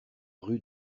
rue